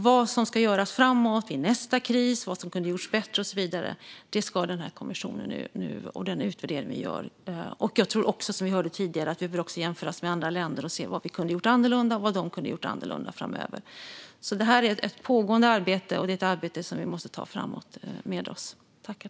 Vad som ska göras framåt, vad som ska göras i nästa kris, vad som kunde ha gjorts bättre och så vidare ska kommissionen och vår utvärdering visa. Jag tror också, som vi hörde tidigare, att vi behöver jämföra oss med andra länder och se vad vi kunde ha gjort annorlunda och vad de kunde ha gjort annorlunda. Detta är ett pågående arbete som vi måste ta med oss framåt.